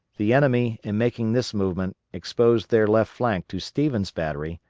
the enemy, in making this movement, exposed their left flank to stevens' battery,